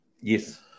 yes